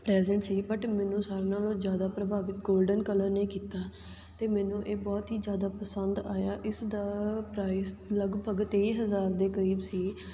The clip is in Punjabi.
ਪ੍ਰੈਜੈਂਟ ਸੀ ਬਟ ਮੈਨੂੰ ਸਾਰਿਆਂ ਨਾਲੋਂ ਜ਼ਿਆਦਾ ਪ੍ਰਭਾਵਿਤ ਗੋਲਡਨ ਕਲਰ ਨੇ ਕੀਤਾ ਅਤੇ ਮੈਨੂੰ ਇਹ ਬਹੁਤ ਹੀ ਜ਼ਿਆਦਾ ਪਸੰਦ ਆਇਆ ਇਸ ਦਾ ਪ੍ਰਾਈਜ਼ ਲਗਭਗ ਤੇਈ ਹਜ਼ਾਰ ਦੇ ਕਰੀਬ ਸੀ